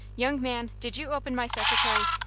young man, did you open my secretary?